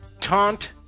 Taunt